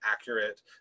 accurate